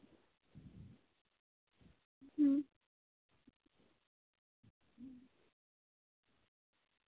ᱦᱩᱸ